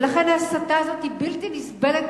ולכן ההסתה הזאת נגדם היא בלתי נסבלת,